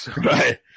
Right